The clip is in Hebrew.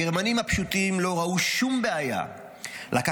הגרמנים הפשוטים לא ראו שום בעיה לקחת